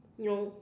no